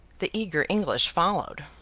the eager english followed.